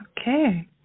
Okay